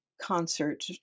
concert